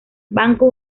banco